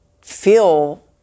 feel